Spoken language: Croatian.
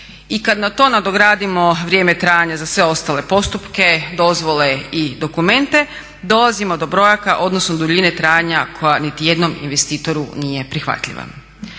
I kad na to nadogradimo vrijeme trajanja za sve ostale postupke, dozvole i dokumente dolazimo do brojaka odnosno duljine trajanja koja nitijednom investitoru nije prihvatljiva.